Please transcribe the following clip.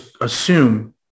assume